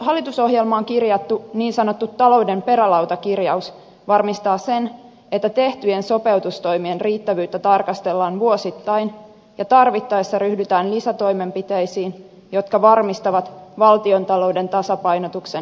hallitusohjelmaan kirjattu niin sanottu talouden perälautakirjaus varmistaa sen että tehtyjen sopeutustoimien riittävyyttä tarkastellaan vuosittain ja tarvittaessa ryhdytään lisätoimenpiteisiin jotka varmistavat valtiontalouden tasapainotuksen jatkumisen